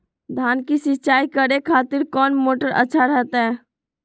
धान की सिंचाई करे खातिर कौन मोटर अच्छा रहतय?